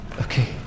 Okay